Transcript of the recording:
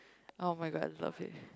[oh]-my-god I love it